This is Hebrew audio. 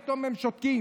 פתאום הם שותקים,